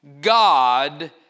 God